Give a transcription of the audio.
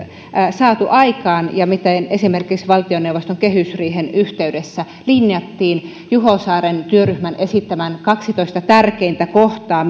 saatu aikaan ja miten esimerkiksi valtioneuvoston kehysriihen yhteydessä linjattiin juho saaren työryhmän esittämät kaksitoista tärkeintä kohtaa